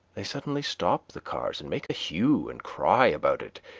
they suddenly stop the cars, and make a hue and cry about it,